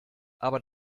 aber